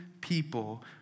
people